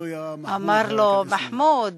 אמר לו: מחמוד,